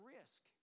risk